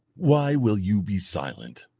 why will you be silent?